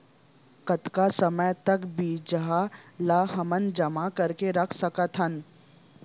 कतका समय तक बीज ला हमन जेमा करके रख सकथन?